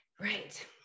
Right